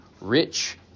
rich